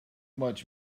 much